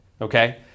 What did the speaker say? Okay